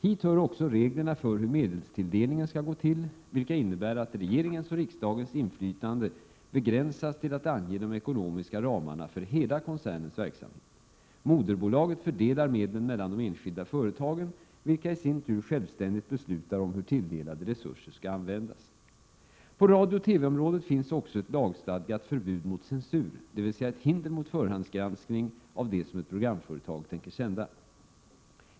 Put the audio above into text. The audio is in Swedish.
Hit hör också reglerna för hur medelstilldelningen skall gå till, vilka innebär att regeringens och riksdagens inflytande begränsas till att ange de ekonomiska ramarna för hela koncernens verksamhet. Moderbolaget fördelar medlen mellan de enskilda företagen, vilka i sin tur självständigt beslutar om hur tilldelade resurser skall användas. På radiooch TV-området finns också ett lagstadgat förbud mot censur, dvs. ett hinder mot förhandsgranskning av det som ett programföretag tänker sända.